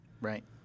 Right